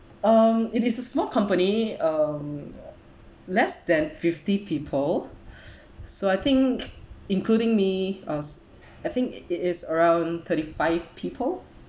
um it is a small company um less than fifty people so I think including me uh I think it is around thirty five people